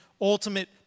ultimate